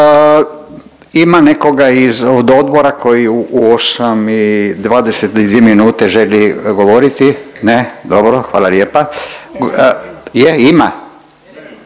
Ima nekoga od odbora koji u 8 i 22 minute želi govoriti? Ne, dobro hvala lijepa. Je ima?